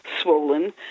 swollen